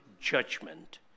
judgment